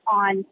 on